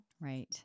Right